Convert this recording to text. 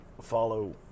follow